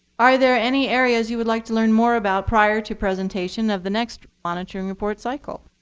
are there any areas you would like to learn more about prior to presentation of the next monitoring report cycle?